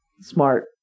Smart